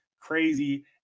crazy